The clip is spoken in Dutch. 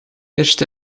eerste